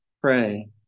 pray